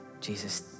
Jesus